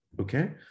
okay